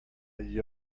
gli